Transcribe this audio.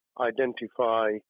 identify